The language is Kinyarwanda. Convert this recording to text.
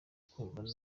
kumvuga